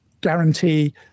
guarantee